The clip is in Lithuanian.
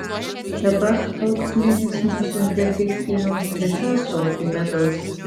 dabar alksninis nusiuntė krikštynoms visą ąsotį medaus